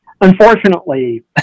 unfortunately